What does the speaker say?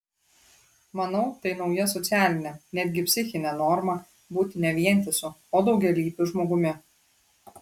manau tai nauja socialinė netgi psichinė norma būti ne vientisu o daugialypiu žmogumi